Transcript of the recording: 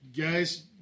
guys